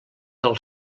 del